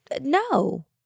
No